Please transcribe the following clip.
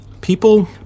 people